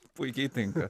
puikiai tinka